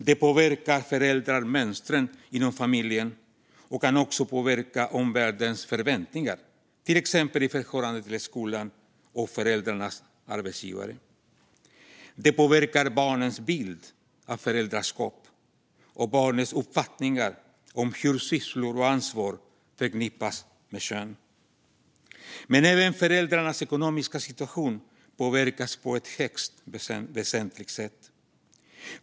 Det påverkar föräldramönstren inom familjen och kan också påverka omvärldens förväntningar, till exempel i förhållande till skolan och föräldrarnas arbetsgivare. Det påverkar barnets bild av föräldraskap och barnets uppfattningar om hur sysslor och ansvar förknippas med kön. Men även föräldrarnas ekonomiska situation påverkas på ett högst väsentligt sätt.